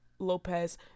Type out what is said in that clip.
Lopez